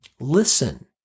Listen